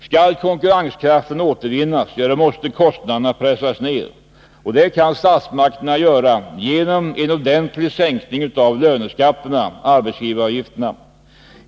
Skall konkurrenskraften återvinnas, måste kostnaderna pressas ner, och det kan statsmakterna göra genom en ordentlig sänkning av löneskatterna.